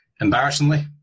Embarrassingly